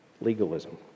legalism